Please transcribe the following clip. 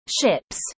Ships